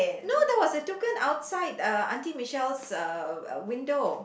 no there was a toucan outside uh aunty Michelle's uh window